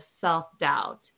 self-doubt